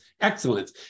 excellence